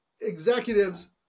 executives